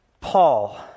Paul